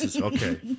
Okay